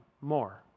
more